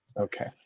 Okay